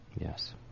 Yes